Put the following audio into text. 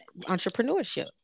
entrepreneurship